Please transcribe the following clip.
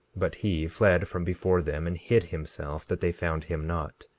but he fled from before them and hid himself that they found him not.